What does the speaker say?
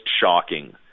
shocking